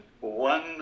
One